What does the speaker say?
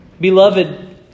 Beloved